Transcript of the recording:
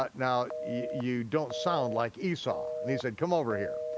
but now, you don't sound like esau. and he said come over here.